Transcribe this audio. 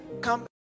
come